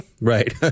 Right